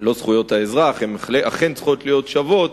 לא זכויות האזרח, אלה אכן צריכות להיות שוות,